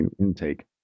intake